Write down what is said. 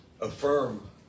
affirm